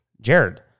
Jared